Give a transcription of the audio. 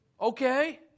okay